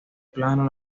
plano